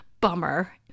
bummer